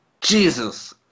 Jesus